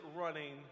running